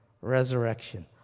resurrection